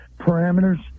parameters